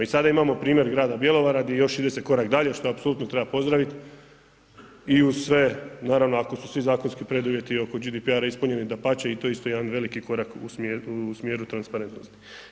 I sada imamo primjer grada Bjelovara di još ide se korak dalje što apsolutno treba pozdravit i uz sve naravno ako su svi zakonski preduvjeti oko GDPR-a ispunjenim, dapače, to je isto jedan od veliki korak u smjeru transparentnosti.